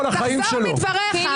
תחזור מדבריך.